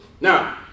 Now